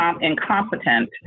incompetent